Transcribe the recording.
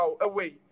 away